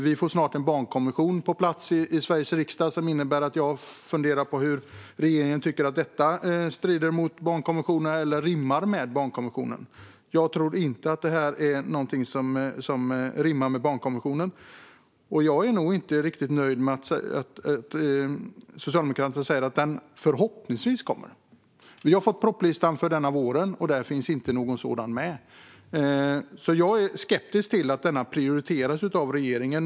Vi får snart en barnkonvention på plats i Sveriges riksdag, och jag funderar på hur regeringen tycker att det här rimmar med barnkonventionen. Jag tror inte att detta är någonting som rimmar med barnkonventionen. Jag är inte riktigt nöjd med att Socialdemokraterna säger att propositionen förhoppningsvis kommer. Vi har fått propositionslistan för våren, och där finns inte någon sådan med. Jag är alltså skeptisk till att detta prioriteras av regeringen.